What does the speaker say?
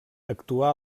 actuà